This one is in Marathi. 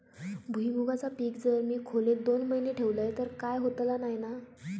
भुईमूगाचा पीक जर मी खोलेत दोन महिने ठेवलंय तर काय होतला नाय ना?